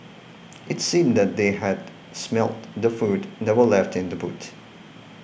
it seemed that they had smelt the food that were left in the boot